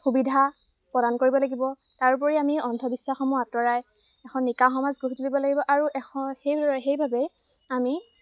সুবিধা প্ৰদান কৰিব লাগিব তাৰোপৰি আমি অন্ধবিশ্বাসসমূহ আঁতৰাই এখন নিকা সমাজ গঢ়ি দিব লাগিব আৰু এখন সেই সেইবাবে আমি